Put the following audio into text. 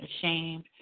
ashamed